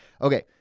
Okay